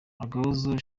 agahozo